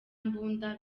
mbunda